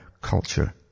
culture